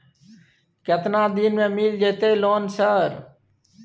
केतना दिन में मिल जयते लोन सर?